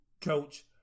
coach